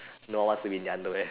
no one wants to be in their underwear